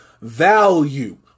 value